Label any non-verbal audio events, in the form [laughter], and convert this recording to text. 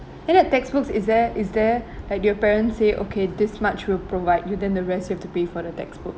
then the textbooks is there is there [breath] like do your parents say okay this much we'll provide you then the rest you have to pay for the textbook